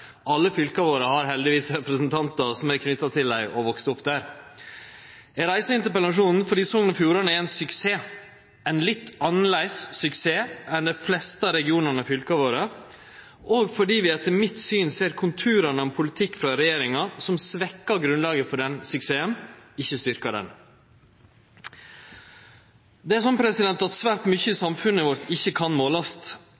Alle fylka våre har heldigvis representantar som er knytte til dei og vakse opp i dei. Eg reiser interpellasjonen fordi Sogn og Fjordane er ein suksess – ein litt annleis suksess enn dei fleste av regionane og fylka våre, og fordi vi etter mitt syn ser konturane av ein politikk frå regjeringa som svekkjer grunnlaget for den suksessen, ikkje styrkjer den. Det er slik at svært mykje i